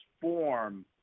form